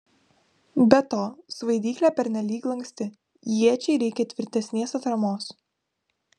be to svaidyklė pernelyg lanksti iečiai reikia tvirtesnės atramos